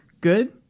good